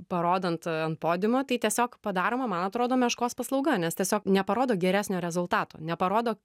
parodant ant podiumo tai tiesiog padaroma man atrodo meškos paslauga nes tiesiog neparodo geresnio rezultato neparodo